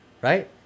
right